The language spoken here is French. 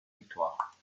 victoire